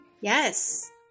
yes